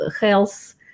health